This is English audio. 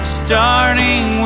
starting